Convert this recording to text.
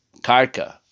Karka